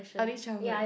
early childhood